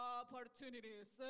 opportunities